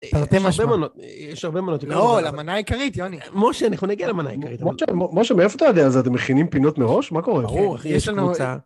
יש הרבה מנות, יש הרבה מנות. לא, למנה עיקרית, יוני. משה, אנחנו נגיע למנה עיקרית. משה, מאיפה אתה יודע על זה? אתם מכינים פינות מראש? מה קורה? ברור, יש קבוצה.